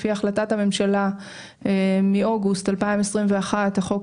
לפי החלטת הממשלה מאוגוסט 2021 החוק